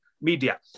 media